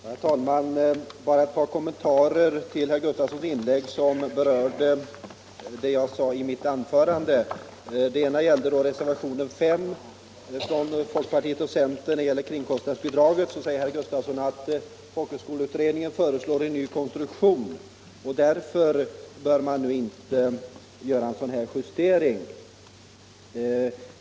Herr talman! Bara ett par kommentarer till vad herr Gustafsson i Barkarby anförde med anledning av mitt inlägg. Beträffande reservationen 5 av folkpartiet och centern rörande kringpersonalbidraget framhåller herr Gustafsson att folkhögskoleutredningen föreslår en ny konstruktion och att man därför inte nu bör göra en justering.